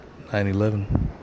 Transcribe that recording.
9-11